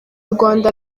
rwanda